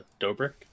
Dobrik